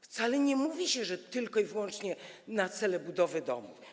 Wcale nie mówi się tu, że tylko i wyłącznie na cele budowy domów.